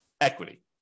equity